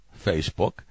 Facebook